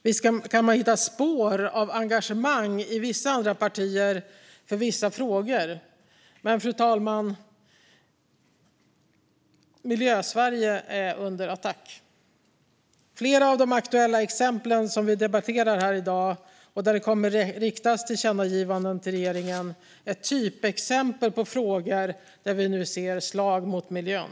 Visst kan man hitta spår av engagemang i vissa andra partier för vissa frågor, men, fru talman, Miljösverige är under attack. Flera av de aktuella exempel som vi debatterar i dag, där det kommer att riktas tillkännagivanden till regeringen, är typexempel på frågor där vi nu ser slag mot miljön.